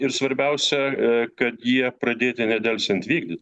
ir svarbiausia kad jie pradėti nedelsiant vykdyt